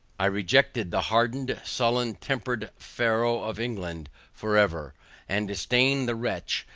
i rejected the hardened, sullen tempered pharaoh of england for ever and disdain the wretch,